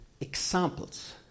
examples